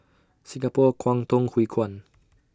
Singapore Kwangtung Hui Kuan